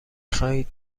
خواهید